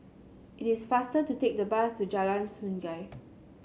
it is faster to take the bus to Jalan Sungei